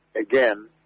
Again